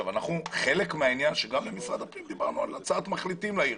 גם במשרד הפנים דיברנו על הצעת מחליטים לעיר,